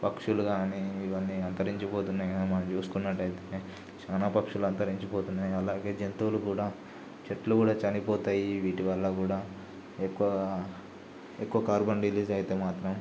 పక్షులు గానీ ఇవన్నీ అంతరించిపోతున్నాయేమో అని మనం చూసుకున్నట్టయితే చానా పక్షులు అంతరించిపోతున్నాయి అలాగే జంతువులు కూడ చెట్లు కూడా చనిపోతాయి వీటి వల్ల కూడా ఎక్కువగా ఎక్కువ కార్బన్ రిలీజయితే మాత్రం